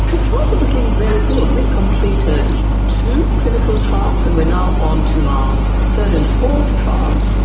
the trials are looking very good. we've completed two clinical trials and we are now onto our third and fourth trials.